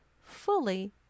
fully